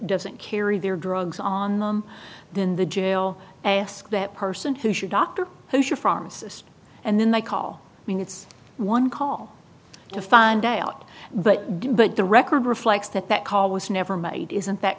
doesn't carry their drugs on them then the jail ask that person who should doctor who should pharmacists and then they call i mean it's one call to find out but do but the record reflects that that call was never made isn't that